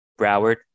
Broward